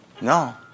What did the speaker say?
No